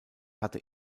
hatte